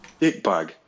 dickbag